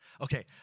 Okay